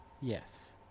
Yes